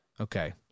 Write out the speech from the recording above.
Okay